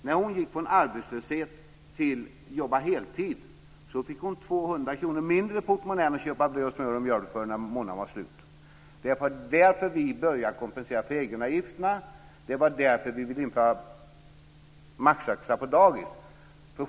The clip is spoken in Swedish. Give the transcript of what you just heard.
När hon gick från arbetslöshet till heltidsjobb fick hon 200 kr mindre i portmonnän att köpa bröd, smör och mjölk för när månaden var slut. Det var därför vi började kompensera för egenavgifterna. Det var därför vi ville införa maxtaxa på dagis.